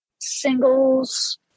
singles